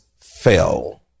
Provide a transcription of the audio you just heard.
fell